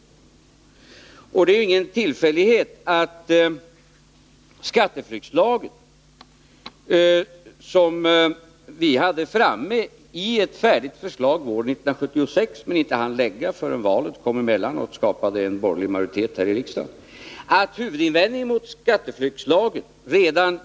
Det är ingen tillfällighet att skatteflyktslagen, som vi hade framme i ett färdigt förslag år 1976 men inte hann lägga fram förrän valet kom emellan och skapade en borgerlig majoritet här i riksdagen, då inte vann borgerligt gehör.